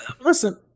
Listen